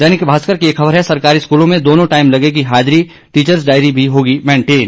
दैनिक भास्कर की एक ख़बर है सरकारी स्कूलों में दोनों टाइम लगेगी हाजिरी टीचर्स डायरी भी होगी मेंटेन